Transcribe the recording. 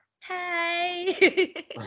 Hey